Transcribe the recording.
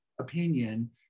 opinion